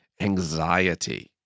anxiety